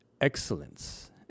excellence